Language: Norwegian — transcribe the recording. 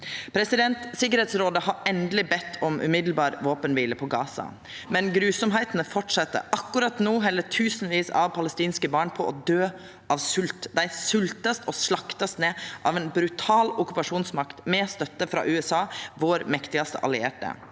Sikkerheitsrådet har endeleg bedt om omgåande våpenkvile på Gaza, men råskapen fortset. Akkurat no held tusenvis av palestinske barn på å døy av svolt. Dei vert svelta og slakta ned av ein brutal okkupasjonsmakt med støtte frå USA, vår mektigaste allierte.